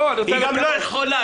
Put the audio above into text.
היא גם לא יכולה.